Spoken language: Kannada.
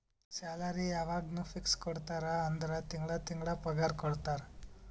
ಸ್ಯಾಲರಿ ಯವಾಗ್ನೂ ಫಿಕ್ಸ್ ಕೊಡ್ತಾರ ಅಂದುರ್ ತಿಂಗಳಾ ತಿಂಗಳಾ ಪಗಾರ ಕೊಡ್ತಾರ